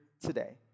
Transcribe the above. today